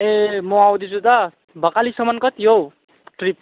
ए म आउँदैछु त भकालीसम्म कति हो ट्रिप